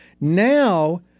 Now